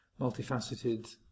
multifaceted